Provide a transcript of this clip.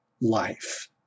life